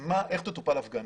איך תטופל הפגנה,